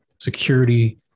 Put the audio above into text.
Security